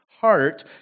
heart